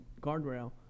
guardrail